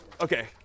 Okay